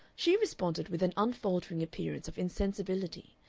she responded with an unfaltering appearance of insensibility,